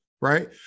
Right